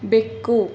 ಬೆಕ್ಕು